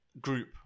group